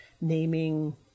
naming